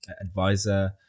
advisor